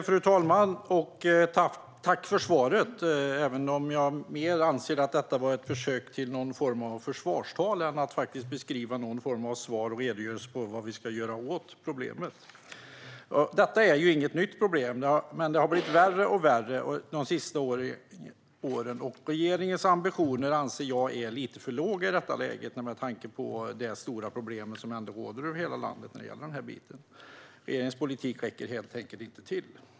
Fru talman! Tack för svaret, även om jag anser att detta var mer ett försök till någon form av försvarstal än ett svar och en redogörelse för vad vi ska göra åt problemet. Detta är inget nytt problem, men det har blivit värre och värre de senaste åren. Regeringens ambitioner är, anser jag, lite för låga i detta läge, med tanke på det stora problem som ändå råder över hela landet. Regeringens politik räcker helt enkelt inte till.